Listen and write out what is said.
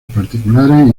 particulares